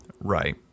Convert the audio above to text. Right